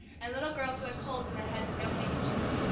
and little girls who had colds in their heads, and no handkerchiefs.